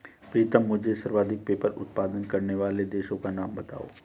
प्रीतम मुझे सर्वाधिक पेपर उत्पादन करने वाले देशों का नाम बताओ?